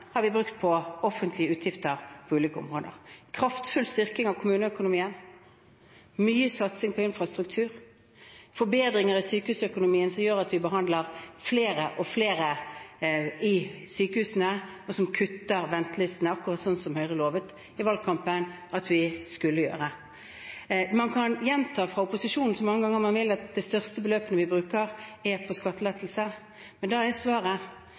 har vi brukt på offentlige utgifter på ulike områder – en kraftfull styrking av kommuneøkonomien, mye satsing på infrastruktur, forbedringer i sykehusøkonomien som gjør at vi behandler flere og flere i sykehusene og kutter i ventelistene, akkurat som Høyre lovet i valgkampen at vi skulle gjøre. Man kan gjenta fra opposisjonen så mange ganger man vil, at de største beløpene vi bruker, er på skattelettelse. Da er svaret